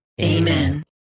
Amen